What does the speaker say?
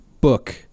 book